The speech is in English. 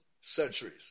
centuries